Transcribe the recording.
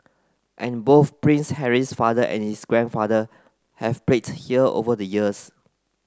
and both Prince Harry's father and his grandfather have played here over the years